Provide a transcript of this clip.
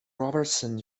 robertson